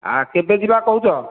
ଆଉ କେବେ ଯିବା କହୁଛ